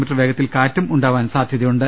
മി വേഗത്തിൽ കാറ്റും ട ഉണ്ടാവാൻ സാധ്യതയുണ്ട്